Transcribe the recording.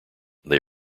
they